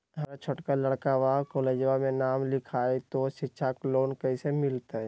हमर छोटका लड़कवा कोलेजवा मे नाम लिखाई, तो सिच्छा लोन कैसे मिलते?